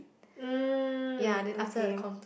mm okay